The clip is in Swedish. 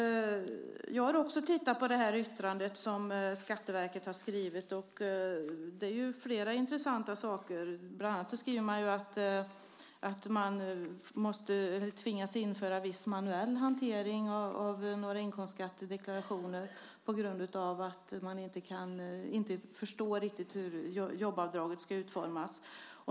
Jag har också tittat på Skatteverkets yttrande. Det finns flera intressanta saker där. Bland annat skriver de om att tvingas införa viss manuell hantering av några inkomstskattedeklarationer på grund av att man inte riktigt förstår hur jobbavdraget ska utformas.